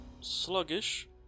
sluggish